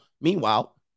Meanwhile